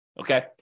okay